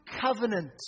covenant